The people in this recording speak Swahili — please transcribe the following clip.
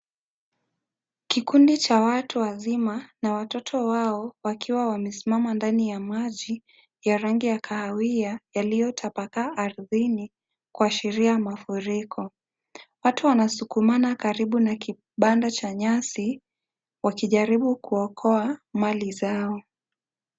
Kikundi cha watu wazima na watoto wao, wakiwa wamesimama ndani ya maji ya rangi ya kahawia, yaliyotapakaa ardhi kuashiria mafuriko. Watu wanasukumana karibu na kibanda cha nyasi, wakijaribu kuokoa mali zao.